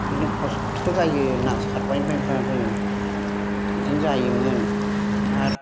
बिदिनो खस्थ' जायो ना सारबाय बायब्लाबो बिदिनो जायोमोन आरो